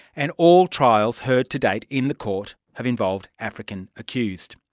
and all trials heard to date in the court have involved african accused.